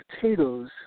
potatoes